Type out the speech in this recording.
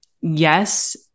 yes